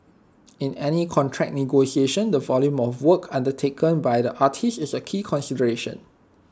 in any contract negotiation the volume of work undertaken by the artiste is A key consideration